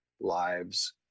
lives